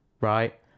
right